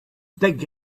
dig